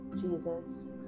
Jesus